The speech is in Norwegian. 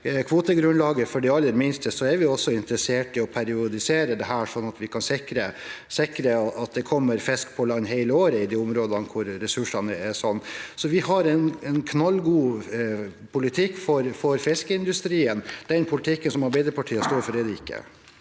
aller minste, er vi også interessert i å periodisere dette, slik at vi kan sikre at det kommer fisk på land hele året i de områdene hvor ressursene er slik. Vi har en knallgod politikk for fiskeindustrien. Den politikken Arbeiderpartiet står for, er